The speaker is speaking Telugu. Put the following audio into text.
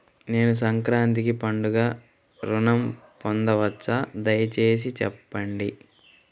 నేను సంక్రాంతికి పండుగ ఋణం పొందవచ్చా? దయచేసి చెప్పండి?